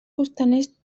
costaners